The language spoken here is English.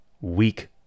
weak